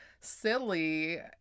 silly